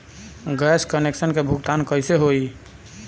Gas connection के भुगतान कैसे होइ?